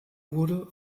wurde